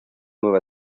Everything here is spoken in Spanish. nueva